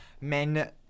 men